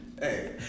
Hey